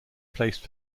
placed